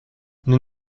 nous